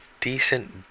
decent